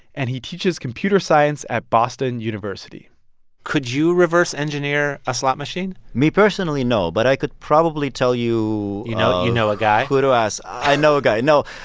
and he teaches computer science at boston university could you reverse engineer a slot machine? me personally? no. but i could probably tell you. you know you know a guy. who to ask. i know a guy. no,